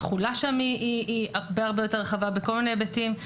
התחולה שם היא הרבה-הרבה יותר רחבה בכל מיני היבטים.